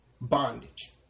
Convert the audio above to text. bondage